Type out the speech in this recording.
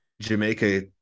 Jamaica